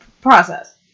process